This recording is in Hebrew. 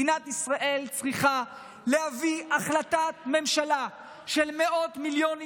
מדינת ישראל צריכה להביא החלטת ממשלה של מאות מיליונים